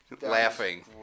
laughing